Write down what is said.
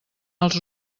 els